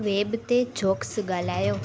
web ते jokes ॻोल्हियो